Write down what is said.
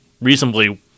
reasonably